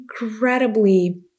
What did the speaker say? incredibly